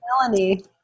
Melanie